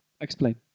Explain